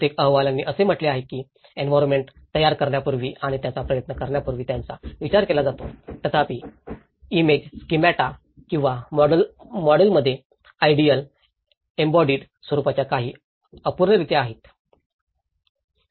बहुतेक अहवालांनी असे म्हटले आहे की एंवीरोन्मेन्ट तयार करण्यापूर्वी आणि त्यांचा प्रयत्न करण्यापूर्वीच त्यांचा विचार केला जातो तथापि इमेज स्किमाटा किंवा मॉडेलमध्ये इडिअल एम्बोडीड स्वरुपाच्या काही अपूर्णरित्या आहेत